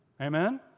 Amen